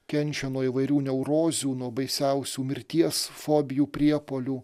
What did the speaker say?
kenčia nuo įvairių neurozių nuo baisiausių mirties fobijų priepuolių